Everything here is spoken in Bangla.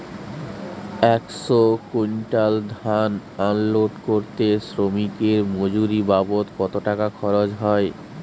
একশো কুইন্টাল ধান আনলোড করতে শ্রমিকের মজুরি বাবদ কত টাকা খরচ হয়?